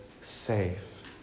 safe